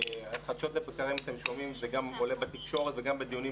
חדשות לבקרים אתם שומעים זה עולה גם בתקשורת וגם בדיונים